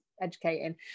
educating